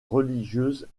religieuses